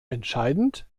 entscheidend